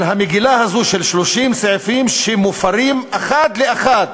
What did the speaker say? על המגילה הזאת של 30 סעיפים שמופרים אחד לאחד,